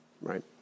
right